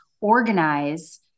organize